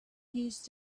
used